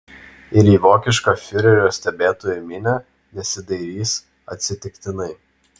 ir į vokišką fiurerio stebėtojų minią nesidairys atsitiktinai